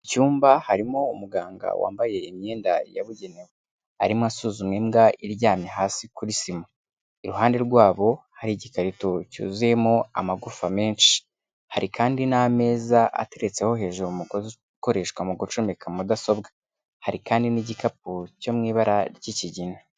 Mu cyumba harimo umuganga wambaye imyenda yabugenewe. Arimo asuzuma imbwa iryamye hasi kuri sima. Iruhande rwabo hari igikarito cyuzuyemo amagufawa menshi. Hari kandi n'ameza ateretseho hejuru umugozi ukoreshwa mu gucomeka mudasobwa. Hari kandi n'igikapu cyo mu ibara ry'ikigina.